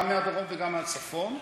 גם מהדרום וגם מהצפון,